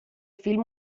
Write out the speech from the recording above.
film